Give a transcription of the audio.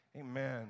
Amen